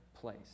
place